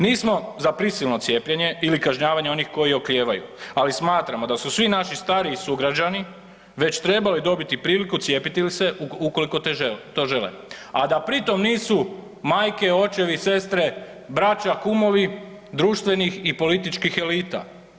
Nismo za prisilno cijepljenje ili kažnjavanje onih koji oklijevaju, ali smatramo da svu svi naši stariji sugrađani već trebali dobiti priliku cijepiti se ukoliko to žele, a da pri tom nisu majke, očevi, sestre, braća, kumovi društvenih i političkih elita.